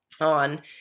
on